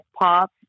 pop